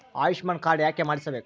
Ayushman card ಯಾಕೆ ಮಾಡಿಸಬೇಕು?